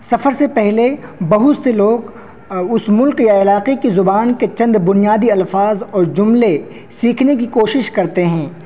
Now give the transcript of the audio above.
سفر سے پہلے بہت سے لوگ اس ملک یا علاقے کی زبان کے چند بنیادی الفاظ اور جملے سیکھنے کی کوشش کرتے ہیں